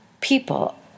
people